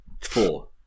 Four